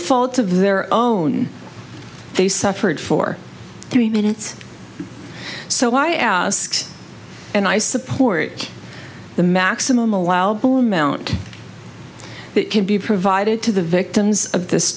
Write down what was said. fault of their own they suffered for three minutes so i ask and i support the maximum allowable amount that can be provided to the victims of this